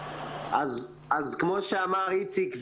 אז כמו שאמר איציק,